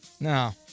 No